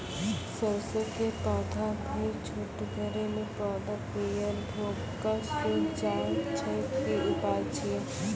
सरसों के पौधा भी छोटगरे मे पौधा पीयर भो कऽ सूख जाय छै, की उपाय छियै?